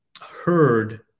heard